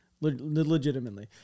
legitimately